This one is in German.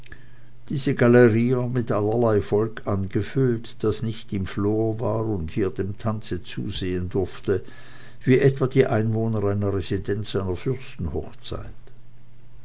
diese galerie war mit allerlei volk angefüllt das nicht im flor war und hier dem tanze zusehen durfte wie etwa die einwohner einer residenz